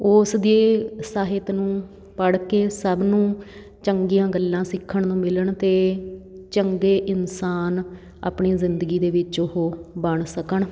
ਉਸ ਦੇ ਸਾਹਿਤ ਨੂੰ ਪੜ੍ਹ ਕੇ ਸਭ ਨੂੰ ਚੰਗੀਆਂ ਗੱਲਾਂ ਸਿੱਖਣ ਨੂੰ ਮਿਲਣ ਅਤੇ ਚੰਗੇ ਇਨਸਾਨ ਆਪਣੀ ਜ਼ਿੰਦਗੀ ਦੇ ਵਿੱਚ ਉਹ ਬਣ ਸਕਣ